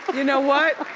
you know what?